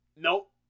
nope